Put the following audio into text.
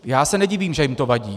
Já se nedivím, že jim to vadí.